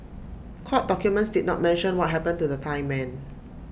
court documents did not mention what happened to the Thai men